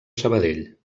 sabadell